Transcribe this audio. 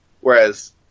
Whereas